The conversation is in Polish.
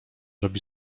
robi